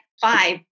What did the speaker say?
five